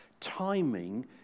Timing